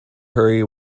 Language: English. hurry